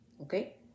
okay